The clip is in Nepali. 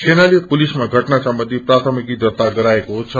सेनाले पुलिसमाषअना सम्बन्धी प्राथमिकी दर्ता गराएको छ